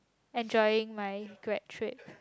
enjoying my grad trip